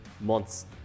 months